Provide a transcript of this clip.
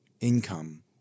income